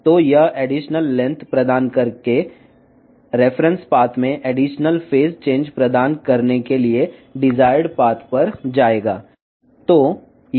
కాబట్టి ఈ అదనపు పొడవును అందించడం ద్వారా రిఫరెన్స్ మార్గంలో అదనపు దశ మార్పును అందించడానికి ఇది కావలసిన మార్గానికి వెళుతుంది